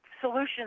solutions